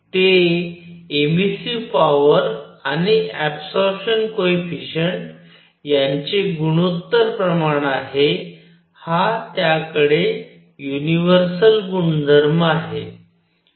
ते emissive power आणि absorption coefficient याचे गुणोत्तर प्रमाण आहे हा त्याकडे युनिव्हर्सल गुणधर्म आहे